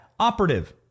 operative